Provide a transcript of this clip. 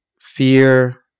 fear